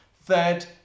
Third